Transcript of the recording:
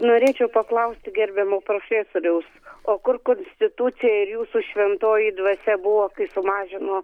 norėčiau paklausti gerbiamo profesoriaus o kur konstitucija ir jūsų šventoji dvasia buvo kai sumažino